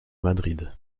madrid